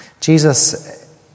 Jesus